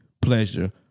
Pleasure